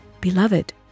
Beloved